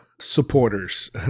supporters